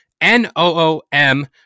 N-O-O-M